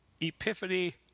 epiphany